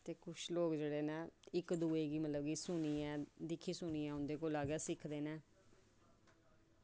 ते कुछ लोग न इक दुए गी सुनियै उं'दे कोला गै सिक्खदे न